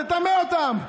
לטמא אותם.